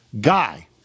guy